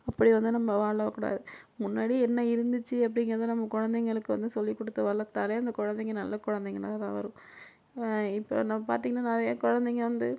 அப்படி வந்து நம்ப வாழவேக்கூடாது முன்னாடி என்ன இருந்துச்சு அப்படிங்கிறத நம்ம குழந்தைங்களுக்கு வந்து சொல்லிக் கொடுத்து வளர்த்தாலே அந்த குழந்தைங்க நல்ல குழந்தைங்களா தான் வரும் வ இப்போ என்ன பார்த்தீங்கன்னா நிறைய குழந்தைங்க வந்து